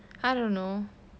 I don't know